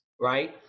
right